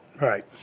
Right